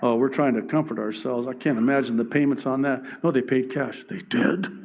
ah we're trying to comfort ourselves. i can't imagine the payments on that. no they paid cash. they did?